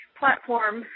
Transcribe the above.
platform